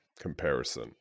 comparison